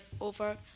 over